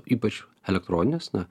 ypač elektroninės na